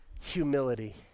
Humility